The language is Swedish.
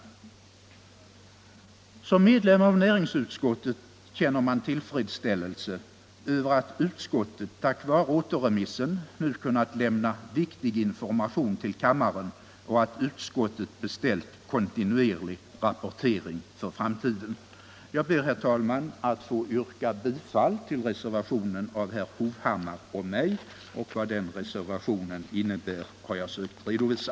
Anslag till teckning Som ledamot av näringsutskottet känner man tillfredsställelse över — av aktier i att utskottet tack vare återremissen nu kunnat lämna viktig information = Statsföretag AB till kammaren och att utskottet beställt kontinuerlig rapportering för framtiden. Jag ber, herr talman, att få yrka bifall till reservationen av herr Hovhammar och mig, vars innebörd jag här sökt redovisa.